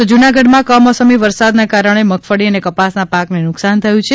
તો જૂનાગઢમાં કમોસમી વરસાદને કારણે મગફળી અને કપાસના પાકને નુકસાન થયું છે